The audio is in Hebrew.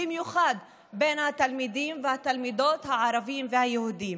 במיוחד בין התלמידים והתלמידות הערבים והיהודים,